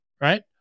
right